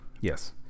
yes